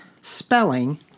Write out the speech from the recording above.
spelling